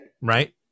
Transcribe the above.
Right